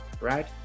right